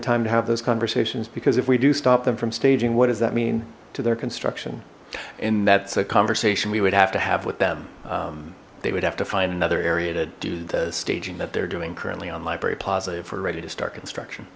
the time to have those conversations because if we do stop them from staging what does that mean to their construction and that's a conversation we would have to have with them they would have to find another area to do the staging that they're doing currently on library plaza if we're ready to start construction